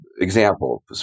example